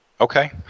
Okay